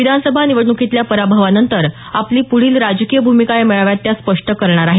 विधानसभा निवडणुर्कीतल्या पराभवानंतर आपली पुढील राजकीय भूमिका या मेळाव्यात त्या स्पष्ट करणार आहेत